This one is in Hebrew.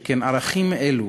שכן ערכים אלו